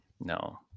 No